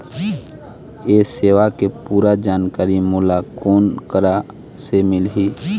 ये सेवा के पूरा जानकारी मोला कोन करा से मिलही?